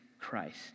Christ